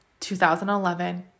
2011